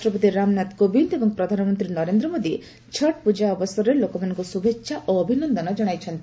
ରାଷ୍ଟ୍ରପତି ରାମନାଥ କୋବିନ୍ଦ ଏବଂ ପ୍ରଧାନମନ୍ତ୍ରୀ ନରେନ୍ଦ୍ର ମୋଦୀ ଛଟ ପୂଜା ଅବସରରେ ଲୋକମାନଙ୍କୁ ଶୁଭେଚ୍ଛା ଓ ଅଭିନନ୍ଦନ ଜଣାଇଛନ୍ତି